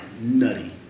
Nutty